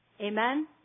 Amen